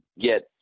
get